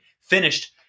finished –